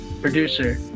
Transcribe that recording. producer